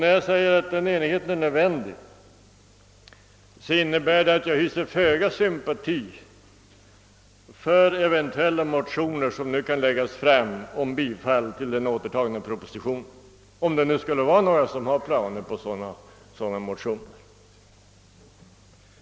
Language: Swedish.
När jag säger att den enigheten är nödvändig innebär det, att jag hyser föga sympati för eventuella motioner som nu kan läggas fram om bifall till den återtagna propositionen, om det nu skulle vara några som har planer på sådana motioner.